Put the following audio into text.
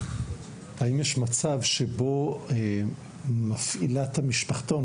האם יש מצב שבו מפעילת המשפחתון,